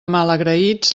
malagraïts